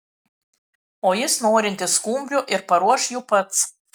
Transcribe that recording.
o jis norintis skumbrių ir paruoš jų pats